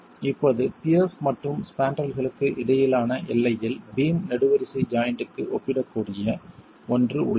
இப்போது பியர்ஸ் மற்றும் ஸ்பாண்ட்ரல்களுக்கு இடையிலான எல்லையில் பீம் நெடுவரிசை ஜாய்ண்ட்க்கு ஒப்பிடக்கூடிய ஒன்று உள்ளது